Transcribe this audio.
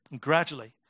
Gradually